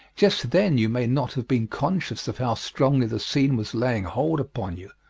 just then you may not have been conscious of how strongly the scene was laying hold upon you,